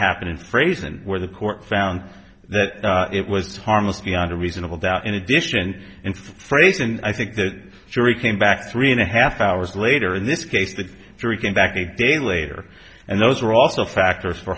happened in phrase and where the court found that it was to harmless beyond a reasonable doubt in addition and phrase and i think the jury came back three and a half hours later in this case the jury came back a day later and those were also factors for